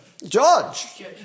Judge